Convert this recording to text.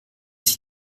sich